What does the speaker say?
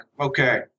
okay